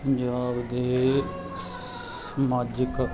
ਪੰਜਾਬ ਦੇ ਸਮਾਜਿਕ